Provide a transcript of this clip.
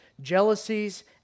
jealousies